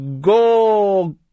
go